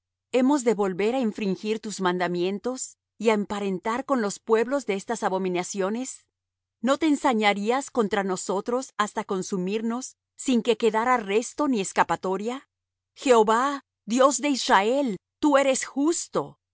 hemos de volver á infringir tus mandamientos y á emparentar con los pueblos de estas abominaciones no te ensañarías contra nosotros hasta consumirnos sin que quedara resto ni escapatoria jehová dios de israel tú eres justo pues